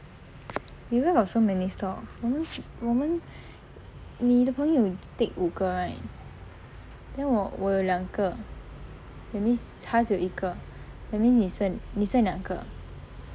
eh why got so many stocks 我们我们你的朋友 take 五个 right then 我我有两个 that means 他只有一个 that means 你剩你剩两个